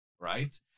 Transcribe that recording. right